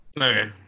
Okay